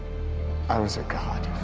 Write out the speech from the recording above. i was a god.